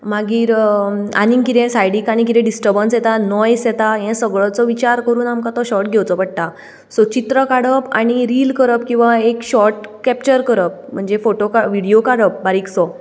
मागीर आनी कितें सायडीक आनी कितें डिस्टर्बंस येता नॉयझ येता हें सगळ्यांचो विचार करून आमकां तो शॉर्ट घेवचो पडटा सो चित्र काडप आनी रील करप किंवां एक शॉर्ट कॅपचर करप म्हणजे फोटो व्हिडियो काडप बारीकसो